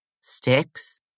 sticks